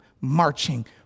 marching